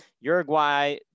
Uruguay